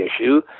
issue